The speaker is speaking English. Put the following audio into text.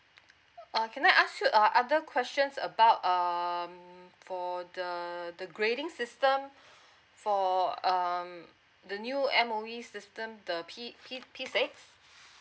ah can I ask you ah other questions about um for the the grading system for um the new M_O_E system the P P P six